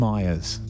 Myers